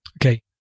Okay